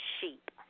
sheep